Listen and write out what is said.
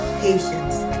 patience